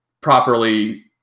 properly